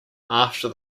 after